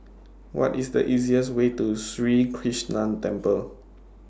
What IS The easiest Way to Sri Krishnan Temple